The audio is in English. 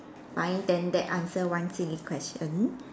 fine then that answer one silly question